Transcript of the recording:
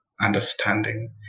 Understanding